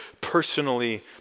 personally